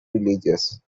religious